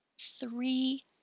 Three